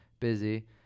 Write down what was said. Busy